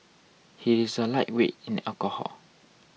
he is a lightweight in alcohol